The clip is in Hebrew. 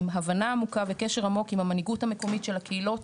עם הבנה עמוקה וקשר עמוק עם המנהיגות המקומית של הקהילות